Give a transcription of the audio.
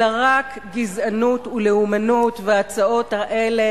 אלא רק גזענות וקיצוניות, והצעות החוק האלה